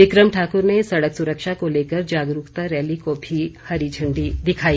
बिक्रम ठाकुर ने सड़क सुरक्षा को लेकर जागरूकता रैली को भी हरी झण्डी दिखाई